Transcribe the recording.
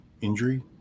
injury